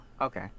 okay